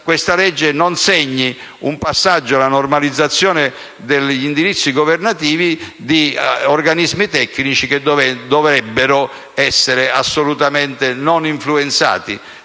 essa non segni un passaggio alla normalizzazione degli indirizzi governativi di organismi tecnici, che non dovrebbero essere assolutamente non influenzati